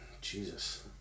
Jesus